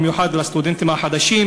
במיוחד לסטודנטים החדשים.